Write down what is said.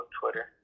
Twitter